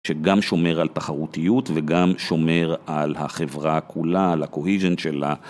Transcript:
שגם שומר על תחרותיות וגם שומר על החברה כולה, על ה-cohesion שלה.